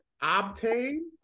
Obtain